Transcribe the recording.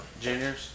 juniors